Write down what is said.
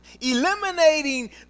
Eliminating